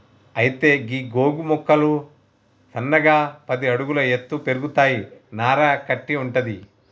అయితే గీ గోగు మొక్కలు సన్నగా పది అడుగుల ఎత్తు పెరుగుతాయి నార కట్టి వుంటది